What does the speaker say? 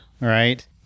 Right